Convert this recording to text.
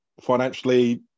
Financially